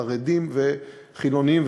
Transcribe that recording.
חרדים וחילונים,